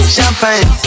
Champagne